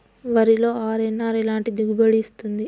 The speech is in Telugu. వరిలో అర్.ఎన్.ఆర్ ఎలాంటి దిగుబడి ఇస్తుంది?